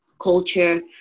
culture